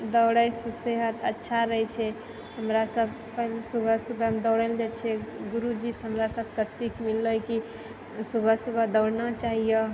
दौड़ैसँ सेहत अच्छा रहै छै हमरा सब पहिने सुबह सुबह दौड़ै लए जाइ छियै गुरुजीसँ हमरा सबके सीख मिललै की सुबह सुबह दौड़ना चाहिए